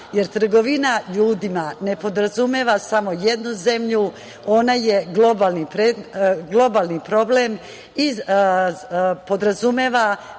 jer trgovina ljudima ne podrazumeva samo jednu zemlju, ona je globalni problem i podrazumeva